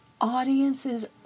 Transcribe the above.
Audiences